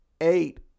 Eight